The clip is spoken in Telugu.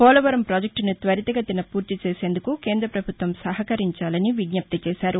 పోలవరం ప్రాజెక్టును త్వరితగతిన పూర్తి చేసేందుకు కేంద్ర ప్రభుత్వం సహకరించాలని విజ్జప్తి చేశారు